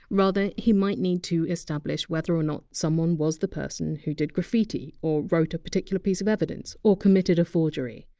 rather he might need to establish whether or not someone was the person who did graffiti or wrote a particular piece of evidence or committed a forgery.